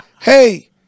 hey